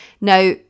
Now